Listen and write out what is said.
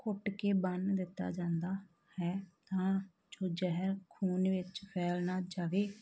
ਘੁੱਟ ਕੇ ਬੰਨ੍ਹ ਦਿੱਤਾ ਜਾਂਦਾ ਹੈ ਤਾਂ ਜੋ ਜ਼ਹਿਰ ਖੂਨ ਵਿੱਚ ਫੈਲ ਨਾ ਜਾਵੇ